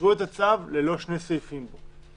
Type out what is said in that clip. אישרו את הצו ללא שני סעיפים בו.